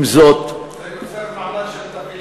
עם זאת, זה יוצר מעמד של טפילים.